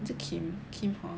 is it Kim Kim from